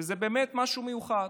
וזה באמת משהו מיוחד.